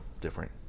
different